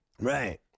Right